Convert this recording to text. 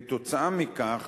כתוצאה מכך,